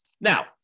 Now